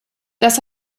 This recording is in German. das